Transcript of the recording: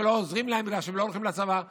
שלא עוזרים להם בגלל שהם לא הולכים לצבא.